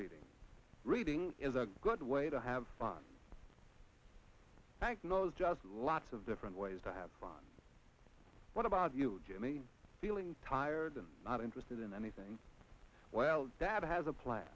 reading reading is a good way to have fun just lots of different ways to have fun what about you jimmy feeling tired and not interested in anything well that has a plan